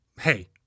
hey